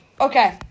Okay